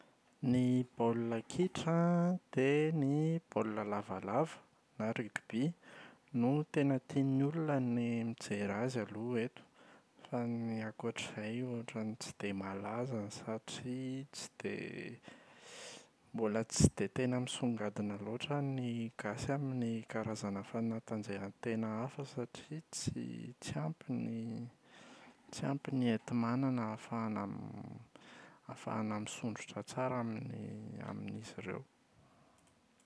Ny baolina kitra an, dia ny baolina lavalava na rugby no tena tian’ny olona ny mijery azy aloha eto. Fa ny ankoatra izay ohatra ny tsy dia malaza satria tsy dia mbola tsy dia tena misongadina loatra ny gasy amin’ny karazana fanatanjahantena hafa satria tsy tsy ampy ny tsy ampy ny enti-manana ahafahana ahafahana misondrotra tsara amin’ny amin’izy ireo.